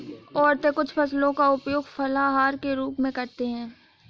औरतें कुछ फसलों का उपयोग फलाहार के रूप में करते हैं